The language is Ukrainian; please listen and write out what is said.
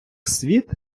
світ